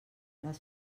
les